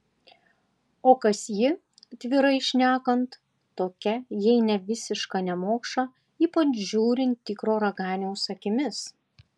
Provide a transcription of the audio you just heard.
o kas ji atvirai šnekant tokia jei ne visiška nemokša ypač žiūrint tikro raganiaus akimis